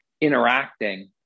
interacting